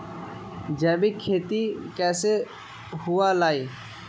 जैविक खेती कैसे हुआ लाई?